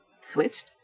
switched